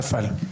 נפל.